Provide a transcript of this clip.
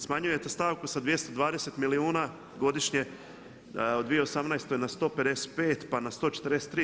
Smanjujete stavku sa 220 milijuna godišnje u 2018. na 155, pa na 143.